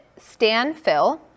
Stanfill